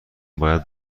باید